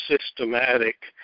systematic